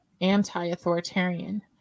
anti-authoritarian